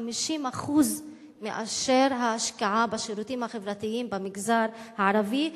ו-50% מההשקעה בשירותים החברתיים במגזר הערבי.